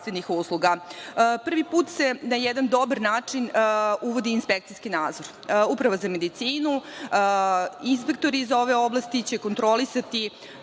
Prvi put se na jedan dobar način uvodi inspekcijski nadzor, Uprava za medicinu. Inspektori za ove oblasti će kontrolisati